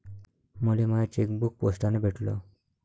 मले माय चेकबुक पोस्टानं भेटल